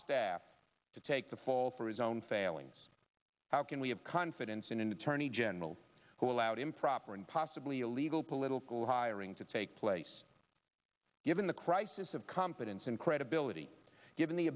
staff to take the fall for his own failings how can we have confidence in an attorney general who allowed improper and possibly illegal political hiring to take place given the crisis of competence and credibility given the